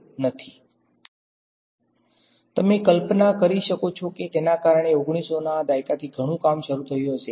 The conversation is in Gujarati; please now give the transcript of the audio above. તેથી તમે કલ્પના કરી શકો છો કે તેના કારણે 1900 ના દાયકાથી ઘણું કામ શરૂ થયું હશે